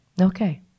Okay